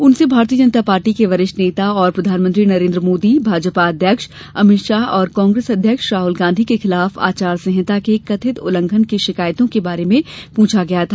उन से भारतीय जनता पार्टी के वरिष्ठ नेता और प्रधानमंत्री नरेन्द्र मोदी भाजपा अध्यक्ष अमित शाह और कांग्रेस अध्यक्ष राहुल गांधी के खिलाफ आचार संहिता के कथित उल्लंघन की शिकायतों के बारे में पूछा गया था